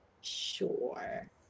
Sure